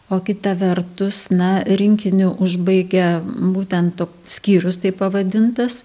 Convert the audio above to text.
o kitą vertus na rinkinį užbaigia būtent to skyrus taip pavadintas